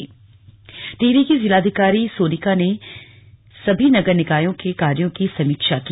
टिहरी सौंदर्यीकरण टिहरी की जिलाधिकारी सोनिका ने सभी नगर निकायों के कार्यों की समीक्षा की